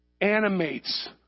animates